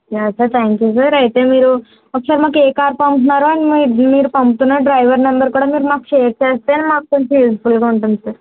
yeah sir thank you sir అయితే మీరు ఒకసారి మాకు ఏ కార్ పంపుతున్నారో మీరు పంపుతున్న డ్రైవర్ నెంబర్ కూడా మీరు మాకు షేర్ చేస్తే మాకు కొంచెం యూస్ఫుల్గా ఉంటుంది సార్